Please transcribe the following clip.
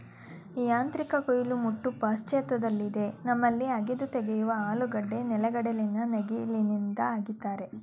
ಯಾಂತ್ರಿಕ ಕುಯಿಲು ಮುಟ್ಟು ಪಾಶ್ಚಾತ್ಯದಲ್ಲಿದೆ ನಮ್ಮಲ್ಲಿ ಅಗೆದು ತೆಗೆಯುವ ಆಲೂಗೆಡ್ಡೆ ನೆಲೆಗಡಲೆನ ನೇಗಿಲಿಂದ ಅಗಿತಾರೆ